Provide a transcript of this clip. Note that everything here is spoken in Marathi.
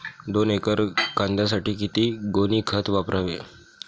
दोन एकर कांद्यासाठी किती गोणी खत वापरावे?